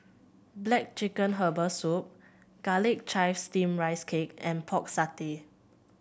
black chicken Herbal Soup Garlic Chives Steamed Rice Cake and Pork Satay